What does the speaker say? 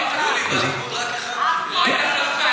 יולי, בליכוד רק אחד לא קיבל.